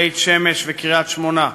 בית-שמש וקריית-שמונה,